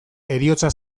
heriotza